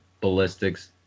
ballistics